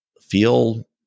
feel